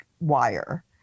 wire